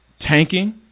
tanking